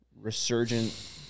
resurgent